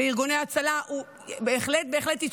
בארגוני ההצלה בהחלט בהחלט.